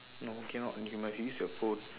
no cannot you must use your phone